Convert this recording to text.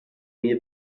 mie